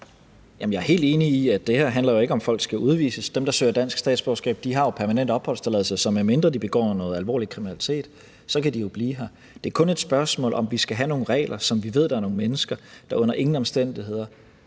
jeg er helt enig i, at det her jo ikke handler om, at folk skal udvises. Dem, der søger dansk statsborgerskab, har jo permanent opholdstilladelse. Så medmindre de begår alvorlig kriminalitet, kan de jo blive her. Det er kun et spørgsmål, om vi skal have nogle regler, som vi ved at der er nogle mennesker der vil have meget,